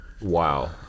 Wow